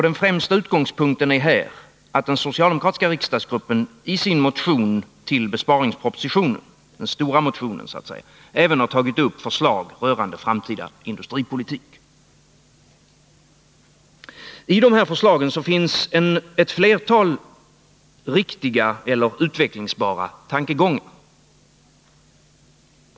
Den främsta utgångspunkten är här att den socialdemokratiska riksdagsgruppen i sin motion med anledning av besparingsmotionen — den stora motionen så att säga — även har tagit upp förslag rörande framtida industripolitik. I de här förslagen finns ett flertal riktiga eller utvecklingsbara tankegångar.